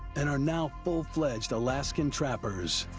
and are now full-fledged alaskan trappers.